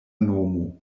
nomo